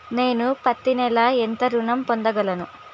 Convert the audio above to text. నేను పత్తి నెల ఎంత ఋణం పొందగలను?